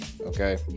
okay